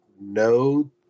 no